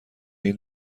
این